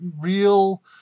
real